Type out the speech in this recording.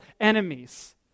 enemies